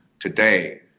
today